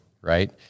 right